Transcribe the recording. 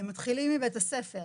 הכל מדבר עם הכל בסוף